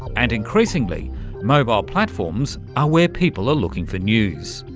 and increasingly mobile platforms are where people are looking for news.